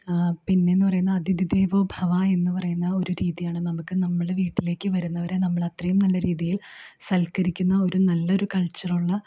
പിന്നെ എന്ന് പറയുന്നത് അതിഥി ദേവോ ഭവ എന്ന് പറയുന്ന ഒരു രീതിയാണ് നമുക്ക് നമ്മളുടെ വീട്ടിലേക്ക് വരുന്നവരെ നമ്മൾ അത്രയും നല്ല രീതിയിൽ സൽകരിക്കുന്ന ഒരു നല്ലൊരു കൾച്ചർ ഉള്ള